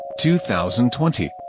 2020